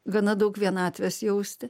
gana daug vienatvės jausti